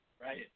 right